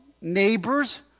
neighbors